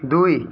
দুই